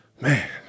Man